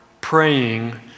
praying